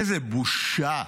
איזו בושה.